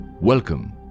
Welcome